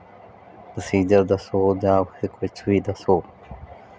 procedure ਦੱਸੋ ਜਾ ਕੁਛ ਵੀ ਦੱਸੋ